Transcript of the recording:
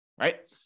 right